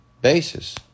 Basis